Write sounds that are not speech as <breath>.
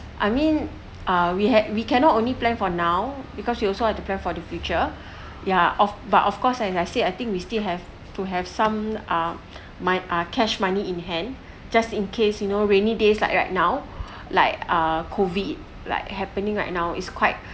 I mean ah we had we cannot only plan for now because you also have to plan for the future <breath> ya of but of course and I say I think we still have to have some ah <noise> my ah cash money in hand just in case you know rainy days like right now <breath> like ah COVID like happening right now is quite